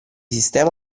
sistema